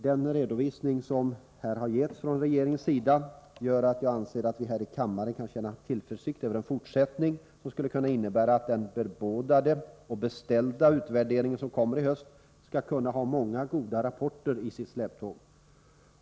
Den redovisning som här har getts från regeringens sida gör att jag anser att vi här i kammaren kan känna tillförsikt till en fortsättning som skulle kunna innebära att den bebådade och beställda utvärderingen, som kommer i höst, skall kunna ha många goda rapporter i sitt släptåg.